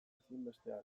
ezinbestean